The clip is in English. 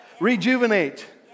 rejuvenate